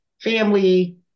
family